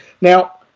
now